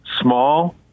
small